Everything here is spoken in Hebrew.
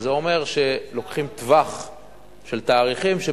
שזה אומר שלוקחים טווח של תאריכים,